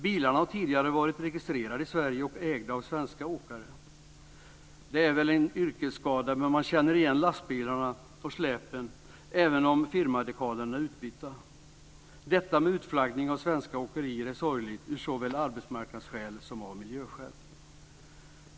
Bilarna har tidigare varit registrerade i Sverige och ägda av svenska åkare. Det är väl en yrkesskada men man känner igen lastbilarna och släpen även om firmadekalerna är utbytta. Detta med utflaggning av svenska åkerier är sorgligt av såväl arbetsmarknadsskäl som av miljöskäl.